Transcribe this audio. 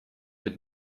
mit